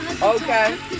Okay